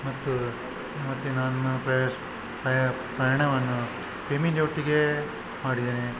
ಮತ್ತು ಮತ್ತೆ ನನ್ನ ಪ್ರಯಾಣವನ್ನು ಫೆಮಿಲಿ ಒಟ್ಟಿಗೆ ಮಾಡಿದ್ದೇನೆ